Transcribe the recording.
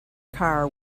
car